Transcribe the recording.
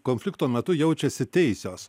konflikto metu jaučiasi teisios